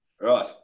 Right